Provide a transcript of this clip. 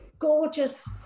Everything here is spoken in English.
Gorgeous